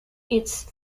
its